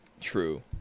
True